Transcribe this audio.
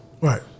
Right